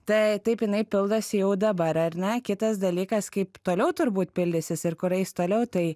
tai taip jinai pildosi jau dabar ar ne kitas dalykas kaip toliau turbūt pildysis ir kur eis toliau tai